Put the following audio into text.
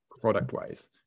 product-wise